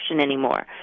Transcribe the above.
anymore